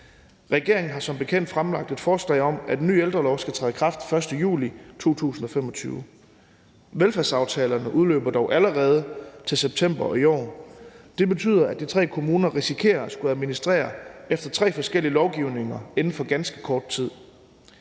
Regeringen har som bekendt fremlagt et forslag om, at en ny ældrelov skal træde i kraft den 1. juli 2025. Velfærdsaftalerne udløber dog allerede til september i år. Det betyder, at de tre kommuner risikerer at skulle administrere efter tre forskellige lovgivninger inden for ganske kort tid: